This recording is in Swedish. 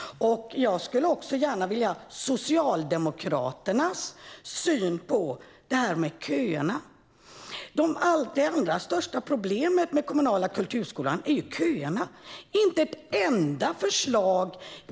Jag skulle också gärna vilja ha Socialdemokraternas syn på detta med köerna. Det allra största problemet med den kommunala kulturskolan är köerna.